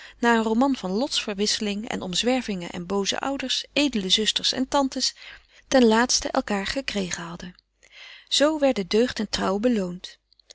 na een roman van lotverwisselingen omzwervingen en booze ouders edele zusters en tantes ten laatste elkaâr gekregen hadden zoo werden deugd en trouw beloond